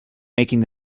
making